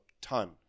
ton